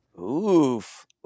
Oof